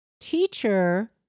teacher